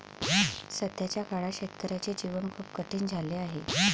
सध्याच्या काळात शेतकऱ्याचे जीवन खूप कठीण झाले आहे